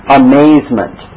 amazement